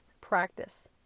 practice